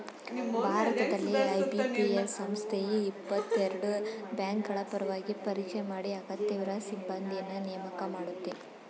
ಭಾರತದಲ್ಲಿ ಐ.ಬಿ.ಪಿ.ಎಸ್ ಸಂಸ್ಥೆಯು ಇಪ್ಪತ್ತಎರಡು ಬ್ಯಾಂಕ್ಗಳಪರವಾಗಿ ಪರೀಕ್ಷೆ ಮಾಡಿ ಅಗತ್ಯವಿರುವ ಸಿಬ್ಬಂದಿನ್ನ ನೇಮಕ ಮಾಡುತ್ತೆ